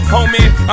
Homie